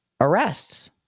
Arrests